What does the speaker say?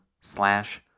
slash